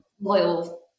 loyal